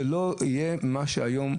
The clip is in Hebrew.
זה לא יהיה כמו שיש היום.